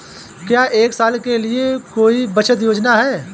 क्या एक साल के लिए कोई बचत योजना है?